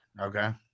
Okay